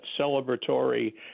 celebratory